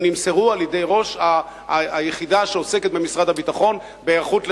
הם נמסרו על-ידי ראש היחידה במשרד הביטחון שעוסקת בהיערכות לחירום.